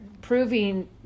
proving